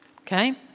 Okay